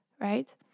right